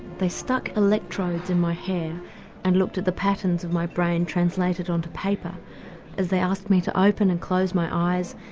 they stuck electrodes in my hair and looked at the patterns of my brain translated onto paper as they asked me to open and close my eyes,